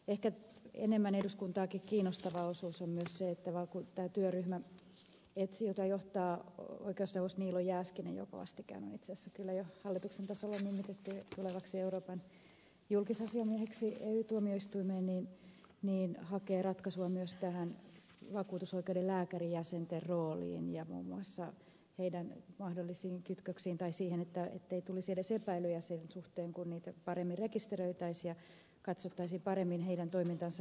ehkä enemmän eduskuntaakin kiinnostava osuus on myös se että tämä työryhmä jota johtaa oikeusneuvos niilo jääskinen joka vastikään on itse asiassa kyllä jo hallituksen tasolla nimitetty tulevaksi euroopan julkisasiamieheksi ey tuomioistuimeen hakee ratkaisua myös tähän vakuutusoikeuden lääkärijäsenten rooliin ja muun muassa heidän mahdollisiin kytköksiinsä tai siihen ettei tulisi edes epäilyjä sen suhteen kun niitä paremmin rekisteröitäisiin ja katsottaisiin paremmin heidän toimintansa läpinäkyvyyden perään